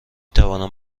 توانم